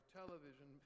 television